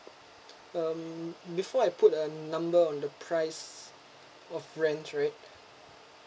um before I put a number on the price of rent right